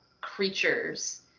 creatures